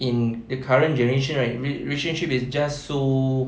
in the current generation right relationship is just so